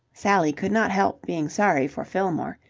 sally could not help being sorry for fillmore.